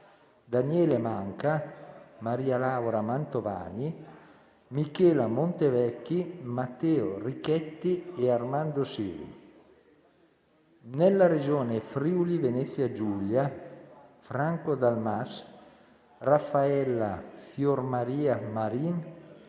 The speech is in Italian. Daniele Manca, Maria Laura Mantovani, Michela Montevecchi, Matteo Richetti e Armando Siri; nella Regione Friuli Venezia Giulia: Franco Dal Mas, Raffaella Fiormaria Marin,